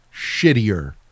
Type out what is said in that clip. shittier